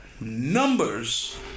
numbers